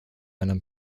anderen